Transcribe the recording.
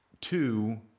Two